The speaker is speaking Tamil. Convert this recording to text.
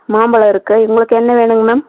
மாம்பழம் இருக்கு உங்களுக்கு என்ன வேணும்ங்க மேம்